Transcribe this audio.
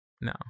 No